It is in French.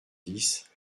dix